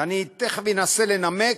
ואני תכף אנסה לנמק,